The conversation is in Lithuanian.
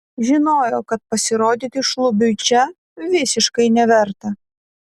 žinojo kad pasirodyti šlubiui čia visiškai neverta